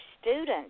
students